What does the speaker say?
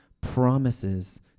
promises